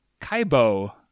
Kaibo